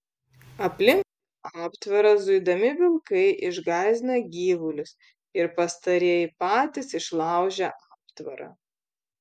aplink aptvarą zuidami vilkai išgąsdina gyvulius ir pastarieji patys išlaužia aptvarą